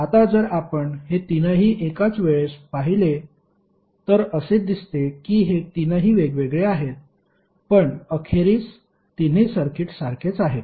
आता जर आपण हे तीनही एकाच वेळेस पाहिले तर असे दिसते की हे तीनही वेगवेगळे आहेत पण अखेरीस तिन्ही सर्किट सारखेच आहेत